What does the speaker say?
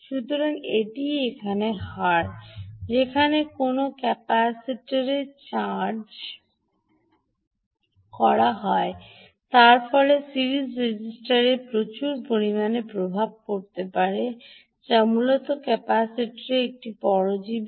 সুতরাং এটিই সেই হার যেখানে কোনও ক্যাপাসিটর চার্জ করা হয় তার ফলে সিরিজ রেজিস্টারে প্রচুর পরিমাণে প্রভাব পড়বে যা মূলত ক্যাপাসিটরের একটি পরজীবী